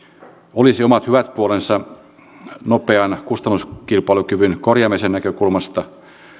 olisi omat hyvät puolensa nopean kustannuskilpailukyvyn korjaamisen näkökulmasta